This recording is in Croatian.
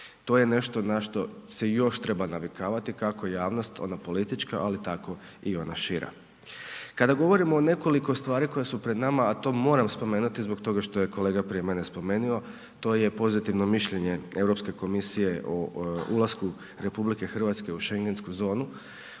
To je nešto na što se još treba navikavati, kako javnost ona politička, ali tako i ona šira. Kada govorimo o nekoliko stvari koje su pred nama, a to moram spomenuti zbog toga što je kolega prije mene spomenio, to je pozitivno mišljenje Europske komisije o ulasku RH u Schengensku zonu,